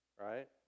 right